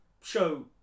show